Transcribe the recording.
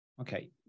Okay